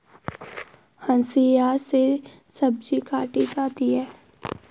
हंसिआ से सब्जी काटी जाती है